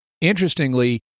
Interestingly